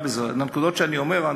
בנקודות שאני אומר,